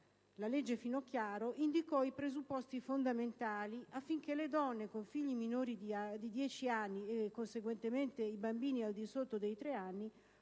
legge Finocchiaro indicò i presupposti fondamentali affinché le donne con figli minori di dieci anni (e conseguentemente i bambini al di sotto dei tre anni)